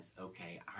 okay